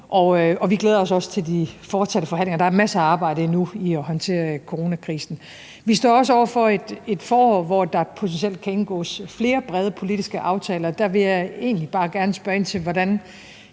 vi glæder os også til de fortsatte forhandlinger. Der er endnu masser af arbejde at gøre i forbindelse med håndteringen af coronakrisen. Vi står også over for et forår, hvor der potentielt kan indgås flere brede politiske aftaler, så jeg vil egentlig bare gerne spørge ind til, dels hvordan